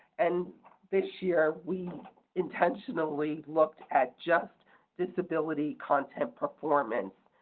and this year we intentionally looked at just disability content performance,